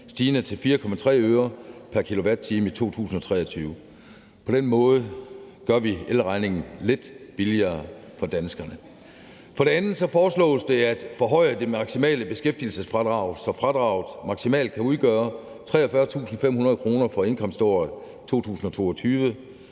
stigende til 4,3 øre pr. kWh i 2023. På den måde gør vi elregningen lidt billigere for danskerne. For det andet foreslås det at forhøje det maksimale beskæftigelsesfradrag, så fradraget maksimalt kan udgøre 43.500 kr. for indkomståret 2022,